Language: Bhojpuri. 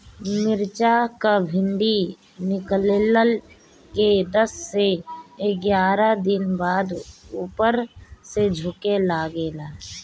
मिरचा क डिभी निकलले के दस से एग्यारह दिन बाद उपर से झुके लागेला?